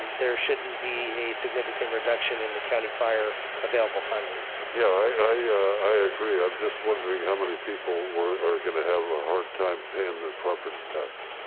there shouldn't be a significant reduction in the county fire available funding. yeah. i agree. i'm just wondering how many people are gonna have a hard time paying their property tax.